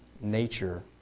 nature